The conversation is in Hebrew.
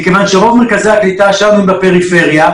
כי רוב מרכזי הקליטה שם הם בפריפריה.